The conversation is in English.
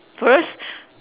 first